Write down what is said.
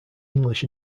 english